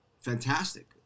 fantastic